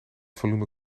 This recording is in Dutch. volume